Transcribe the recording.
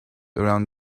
around